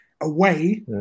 away